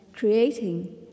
creating